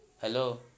Hello